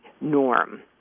norm